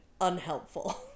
unhelpful